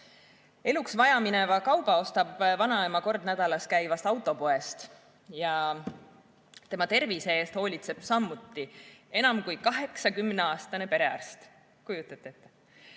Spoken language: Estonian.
Eluks vajamineva kauba ostab vanaema kord nädalas käivast autopoest ja tema tervise eest hoolitseb samuti enam kui 80-aastane perearst. Kujutate